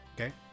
okay